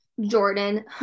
Jordan